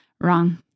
Wrong